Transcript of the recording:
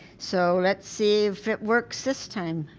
so let's see if it works this time.